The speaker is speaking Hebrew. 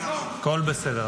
הכול בסדר.